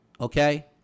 Okay